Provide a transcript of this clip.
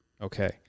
Okay